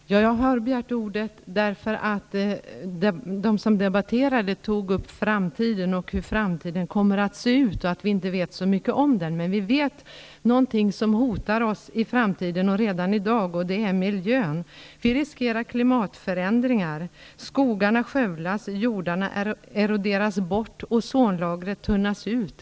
Herr talman! Jag har begärt ordet då de som debatterar har tagit upp frågan om hur framtiden skall se ut och att vi inte vet mycket om den. Vi vet att det finns något som hotas i framtiden och gör det redan i dag, nämligen miljön. Vi riskerar klimatförändringar, skoglarna skövlas, jordarna eroderar bort och ozonlagret tunnas ut.